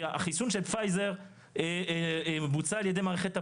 החיסון של פייזר מבוצע על ידי מערכת הבריאות,